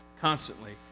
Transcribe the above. constantly